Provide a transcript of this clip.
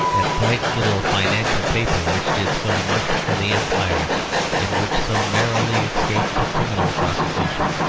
that bright little financial paper which did so much for the empire and which so narrowly escaped a criminal prosecution.